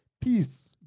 peace